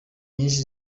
nyinshi